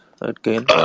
again